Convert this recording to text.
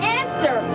answer